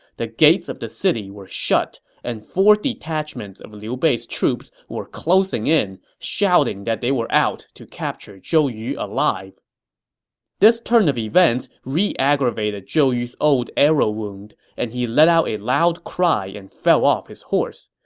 the gates of the city were shut, and four detachments of liu bei's troops were closing in, shouting that they were out to capture zhou yu alive this turn of events reaggravated zhou yu's old arrow wound, and he let out a loud cry and fell off his horse.